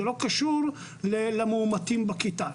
זה לא קשור אם היו מאומתים בגן או בכיתה.